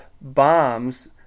bombs